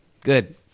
good